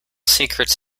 secrets